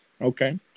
Okay